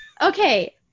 Okay